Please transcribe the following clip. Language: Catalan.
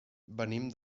venim